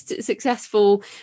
Successful